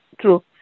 true